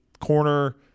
corner